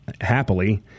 happily